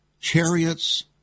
Chariots